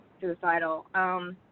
suicidal